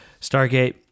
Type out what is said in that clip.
Stargate